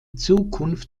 zukunft